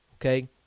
okay